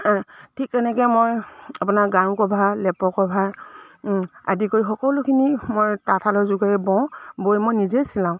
ঠিক তেনেকে মই আপোনাৰ গাৰু কভাৰ লেপৰ কভাৰ আদি কৰি সকলোখিনি মই তাঁতশালৰ যোগেৰে বওঁ বৈ মই নিজেই চিলাওঁ